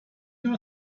know